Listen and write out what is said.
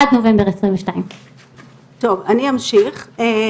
עד נובמבר 22'. חיים